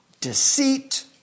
deceit